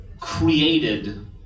created